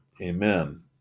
amen